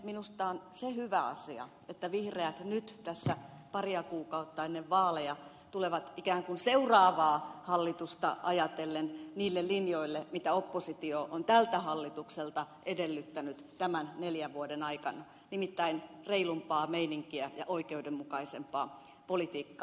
minusta on hyvä asia se että vihreät nyt tässä paria kuukautta ennen vaaleja tulevat ikään kuin seuraavaa hallitusta ajatellen niille linjoille mitä oppositio on tältä hallitukselta edellyttänyt tämän neljän vuoden aikana nimittäin reilumpaa meininkiä ja oikeudenmukaisempaa politiikkaa